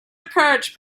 approach